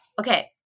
Okay